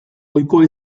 ohikoa